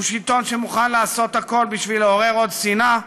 הוא שלטון שמוכן לעשות הכול כדי לעורר עוד שנאה,